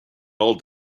all